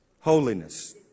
Holiness